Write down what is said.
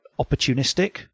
opportunistic